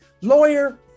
Lawyer